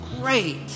great